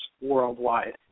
worldwide